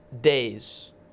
days